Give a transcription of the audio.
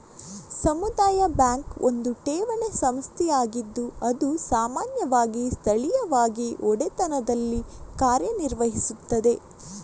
ಸಮುದಾಯ ಬ್ಯಾಂಕ್ ಒಂದು ಠೇವಣಿ ಸಂಸ್ಥೆಯಾಗಿದ್ದು ಅದು ಸಾಮಾನ್ಯವಾಗಿ ಸ್ಥಳೀಯವಾಗಿ ಒಡೆತನದಲ್ಲಿ ಕಾರ್ಯ ನಿರ್ವಹಿಸುತ್ತದೆ